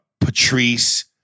Patrice